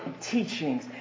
teachings